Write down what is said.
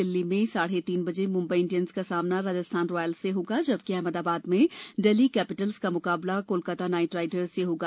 दिल्ली में साढ़े तीन बजे मुंबई इंडियंस का सामना राजस्थान रॉयल्स से होगा जबकि अहमदाबाद में डेल्ही कैपिटल्स का मुकाबला कोलकाता नाइट राइडर्स से होगा